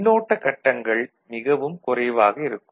மின்னோட்ட கட்டங்கள் மிகவும் குறைவாக இருக்கும்